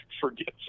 forgets